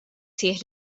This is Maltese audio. sħiħ